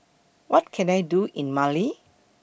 What Can I Do in Mali